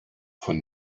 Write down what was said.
von